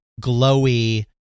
glowy